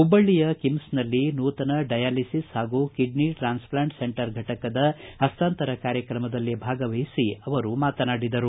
ಹುಬ್ಬಳ್ಳಿಯ ಕಿಮ್ಸ್ ನಲ್ಲಿ ನೂತನ ಡಯಾಲಿಸಿಸ್ ಹಾಗೂ kidney transplant centre ಫಟಕದ ಪಸ್ತಾಂತರ ಕಾರ್ಯಕ್ರಮದಲ್ಲಿ ಭಾಗವಹಿಸಿ ಅವರು ಮಾತನಾಡಿದರು